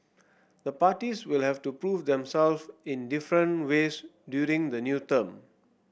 the parties will have to prove themselves in different ways during the new term